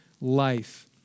life